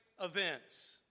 events